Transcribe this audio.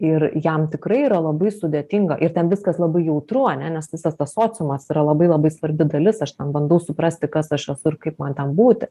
ir jam tikrai yra labai sudėtinga ir ten viskas labai jautru ane nes visas tas sociumas yra labai labai svarbi dalis aš ten bandau suprasti kas aš esu ir kaip man ten būti